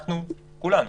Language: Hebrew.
אנחנו כולנו,